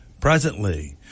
presently